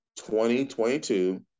2022